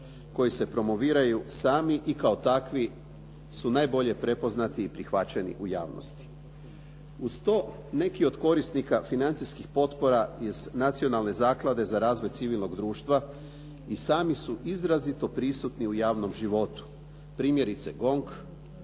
koji se promoviraju sami i kao takvi su najbolje prepoznati i prihvaćeni u javnosti. Uz to, neki od korisnika financijskih potpora iz Nacionalne zaklade za razvoj civilnog društva i sami su izrazito prisutni u javnom životu, primjerice GONG